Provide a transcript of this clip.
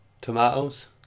tomatoes